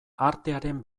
artearen